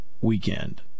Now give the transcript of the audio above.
weekend